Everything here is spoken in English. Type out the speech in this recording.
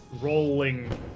Rolling